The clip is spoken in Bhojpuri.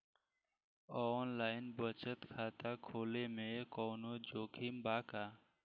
आनलाइन बचत खाता खोले में कवनो जोखिम बा का?